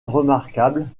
remarquable